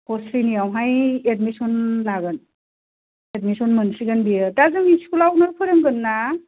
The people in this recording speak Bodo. ख' स्रेनियावहाय एदमिसन लागोन एदमिसन मोनसिगोन बियो दा जोंनि स्कुल आवनो फोरोंगोनना